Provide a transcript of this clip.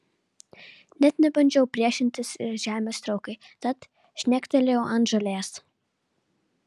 net nebandžiau priešintis žemės traukai tad žnektelėjau ant žolės